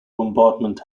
bombardment